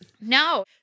No